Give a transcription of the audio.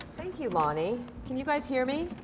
thank you, lonny. can you guys hear me?